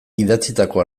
idatzitako